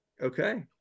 Okay